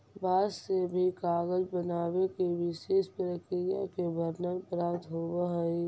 बाँस से भी कागज बनावे के विशेष प्रक्रिया के वर्णन प्राप्त होवऽ हई